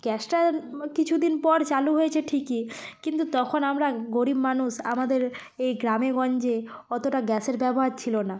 গ্যাসটা কিছুদিন পর চালু হয়েছে ঠিকই কিন্তু তখন আমরা গরিব মানুষ আমাদের এই গ্রামে গঞ্জে অতটা গ্যাসের ব্যবহার ছিলো না